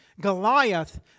Goliath